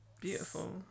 beautiful